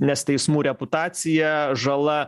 nes teismų reputacija žala